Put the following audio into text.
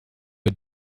had